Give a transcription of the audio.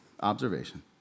observation